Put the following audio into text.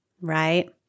Right